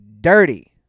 dirty